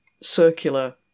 circular